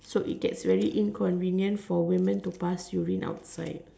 so it gets very inconvenient for women to pass urine outside